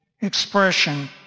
expression